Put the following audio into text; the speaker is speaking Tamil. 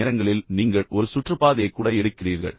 சில நேரங்களில் நீங்கள் ஒரு சுற்றுப்பாதையை கூட எடுக்கிறீர்கள்